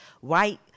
white